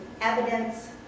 evidence